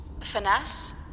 finesse